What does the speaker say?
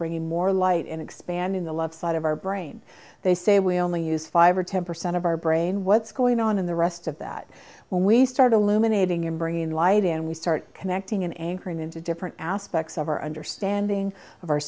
bringing more light and expanding the love side of our brain they say we only use five or ten percent of our brain what's going on in the rest of that when we start alumina aiding in bringing light and we start connecting and anchoring into different aspects of our understanding of our